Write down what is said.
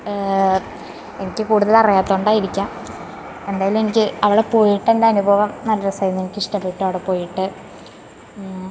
എനിക്ക് കൂടുതല് അറിയാത്തത് കൊണ്ടായിരിക്കാം എന്തായാലും എനിക്ക് അവിടെ പോയിട്ടെൻറ്റനുഭവം നല്ല രസമായിരുന്നു എനിക്കിഷ്ടപ്പെട്ടു അവിടെ പോയിട്ട്